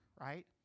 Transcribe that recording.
right